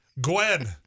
Gwen